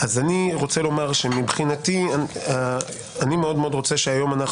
אז אני רוצה לומר שמבחינתי אני מאוד מאוד רוצה שהיום אנחנו